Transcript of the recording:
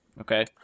Okay